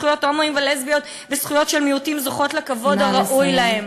זכויות הומואים ולסביות וזכויות של מיעוטים זוכות לכבוד הראוי להן.